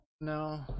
No